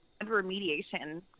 remediation